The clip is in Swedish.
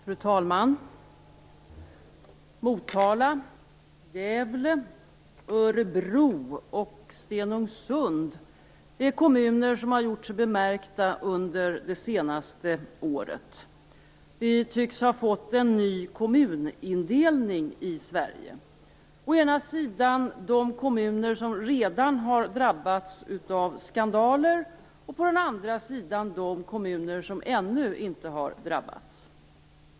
Fru talman! Motala, Gävle, Örebro och Stenungsund är kommuner som har gjort sig bemärkta under det senaste året. Vi tycks ha fått en ny kommunindelning i Sverige. Å ena sidan är det de kommuner som redan har drabbats av skandaler, och å andra sidan är det de kommuner som ännu inte har drabbats.